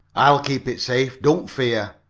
i'll keep it safe, don't fear,